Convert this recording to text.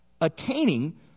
attaining